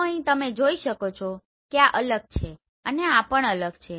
તો અહીં તમે જોઈ શકો છો કે આ અલગ છે અને આ પણ અલગ છે